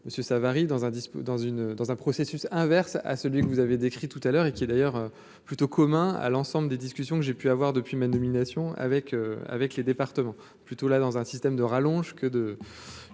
dans une, dans un processus inverse à celui que vous avez décrit tout à l'heure et qui est d'ailleurs plutôt commun à l'ensemble des discussions que j'ai pu avoir depuis ma nomination avec avec les départements plutôt la dans un système de rallonge que de